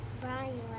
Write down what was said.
Brian